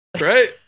right